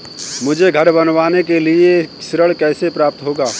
मुझे घर बनवाने के लिए ऋण कैसे प्राप्त होगा?